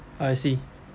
I see